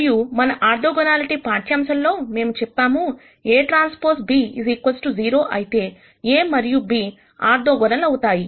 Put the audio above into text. మరియు మన ఆర్థోగొనాలిటీ పాఠ్యాంశంలో మేము చెప్పాము AT b 0 అయితే a మరియు b ఆర్థోగోనల్ అవుతాయి